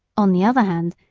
on the other hand,